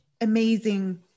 amazing